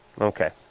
Okay